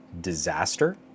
disaster